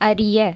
அறிய